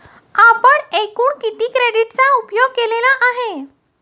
आपण एकूण किती क्रेडिटचा उपयोग केलेला आहे?